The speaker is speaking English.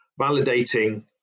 Validating